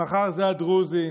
מחר זה הדרוזים,